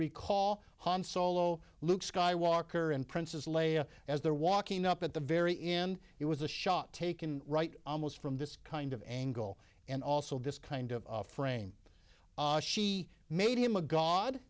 recall han solo luke skywalker and princes laya as they're walking up at the very end it was a shot taken right almost from this kind of angle and also this kind of frame she made him a god